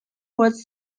was